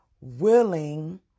willing